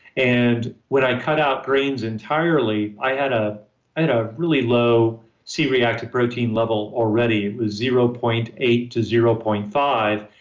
and when i cut out grains entirely, i had ah and a really low c-reactive protein level already was zero point eight zero point five.